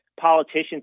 politicians